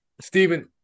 Stephen